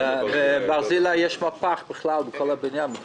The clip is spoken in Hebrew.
בברזילי יש מהפך בכלל בכל הבניין.